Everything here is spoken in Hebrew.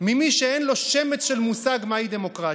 ממי שאין לו שמץ של מושג מהי דמוקרטיה.